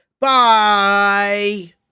Bye